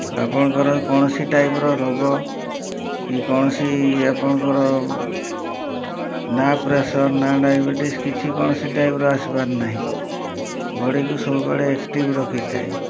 ଆପଣଙ୍କର କୌଣସି ଟାଇପ୍ର ରୋଗ କି କୌଣସି ଆପଣଙ୍କର ନା ପ୍ରେସର୍ ନା ଡାଇବେଟିସ୍ କିଛି କୌଣସି ଟାଇପ୍ର ଆସିପାରେନାହିଁ ବଡ଼ିକୁ ସବୁବେଳେ ଏକ୍ଟିଭ୍ ରଖିଥାଏ